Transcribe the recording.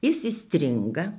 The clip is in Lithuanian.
jis įstringa